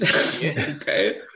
Okay